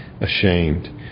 ashamed